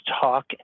talk